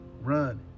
run